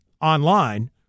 online